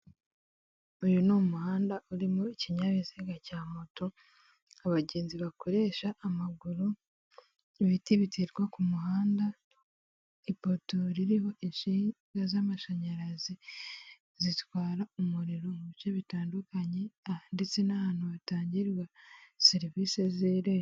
Uyu ni umuhanda urimo ikinyabiziga cya moto abagenzi bakoresha amaguru, ibiti biterwa ku kuhanda, ipoto ririho insinga z'amashanyarazi zitwara umuriro mu bice bitandukanye ndetse n'ahantu hatangirwa serivise z'irembo.